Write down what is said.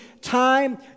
time